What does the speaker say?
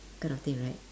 kind of thing right